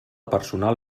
personal